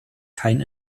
kein